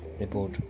report